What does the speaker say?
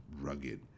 Rugged